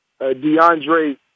DeAndre